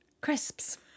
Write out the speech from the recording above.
crisps